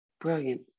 Brilliant